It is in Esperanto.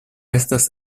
estas